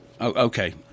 okay